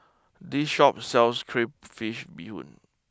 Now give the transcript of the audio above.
this Shop sells Crayfish BeeHoon